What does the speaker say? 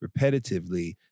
Repetitively